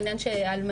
ענין של אלמנה,